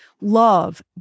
love